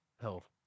health